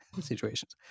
situations